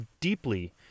deeply